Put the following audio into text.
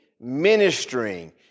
ministering